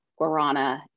guarana